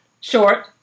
Short